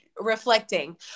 reflecting